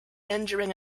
injuring